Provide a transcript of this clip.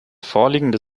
vorliegende